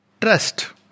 trust